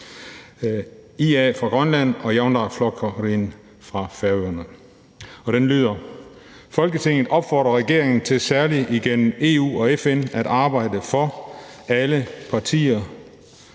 IA fra Grønland og Javnaðarflokkurin fra Færøerne. Den lyder.: Forslag til vedtagelse: »Folketinget opfordrer regeringen til, særligt gennem EU og FN, at arbejde for: - Alle parter